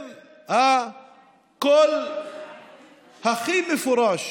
הם הקול הכי מפורש